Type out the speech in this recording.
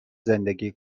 زندگی